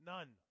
None